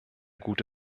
gute